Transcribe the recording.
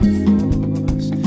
force